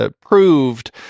proved